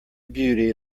beauty